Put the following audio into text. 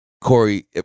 Corey